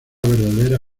verdadera